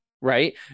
right